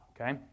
Okay